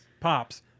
Pops